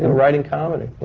and writing comedy.